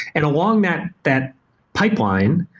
and along that that pipeline,